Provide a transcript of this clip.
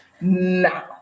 Now